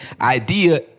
idea